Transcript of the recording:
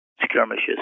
skirmishes